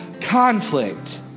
conflict